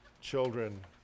children